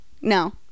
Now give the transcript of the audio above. No